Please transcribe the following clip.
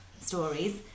stories